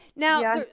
Now